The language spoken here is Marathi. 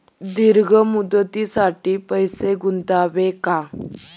दीर्घ मुदतीसाठी पैसे गुंतवावे का?